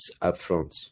upfront